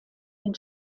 den